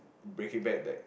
break it back like